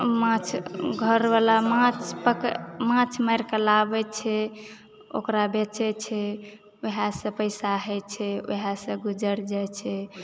माछ घरवला माछ पकरि माछ मारिक लाबैत छै ओकरा बेचय छै वएहसँ पैसा होयत छै वएहसँ गुजर जाइ छै